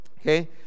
Okay